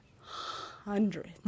hundreds